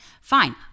Fine